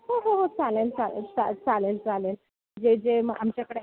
हो हो हो चालेल चालेल चा चालेल चालेल जे जे आमच्याकडे